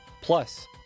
plus